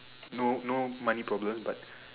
no no money problem but